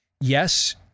yes